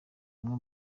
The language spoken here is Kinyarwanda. umwe